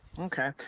Okay